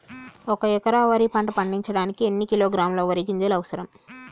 ఒక్క ఎకరా వరి పంట పండించడానికి ఎన్ని కిలోగ్రాముల వరి గింజలు అవసరం?